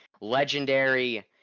Legendary